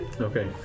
Okay